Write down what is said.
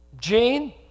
Gene